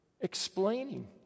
explaining